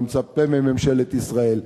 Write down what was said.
אני מצפה מממשלת ישראל,